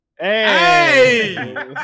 Hey